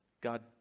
God